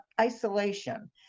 isolation